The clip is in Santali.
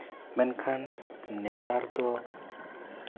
ᱢᱮᱱᱠᱷᱟᱱ ᱱᱮᱛᱟᱨ ᱫᱚ